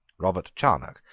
robert charnock,